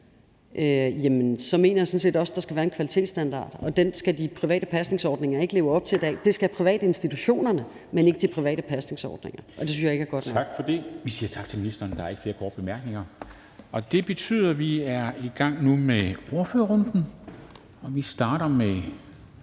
penge med, sådan set også skal være en kvalitetsstandard. Sådan en skal de private pasningsordninger ikke leve op til i dag, men det skal private institutioner jo, men altså ikke de private pasningsordninger. Det synes jeg ikke er godt nok. Kl. 10:43 Formanden (Henrik Dam Kristensen): Tak for det. Vi siger tak til ministeren. Der er ikke flere korte bemærkninger. Og det betyder, at vi nu går i gang med ordførerrunden, og vi starter med